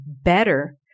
better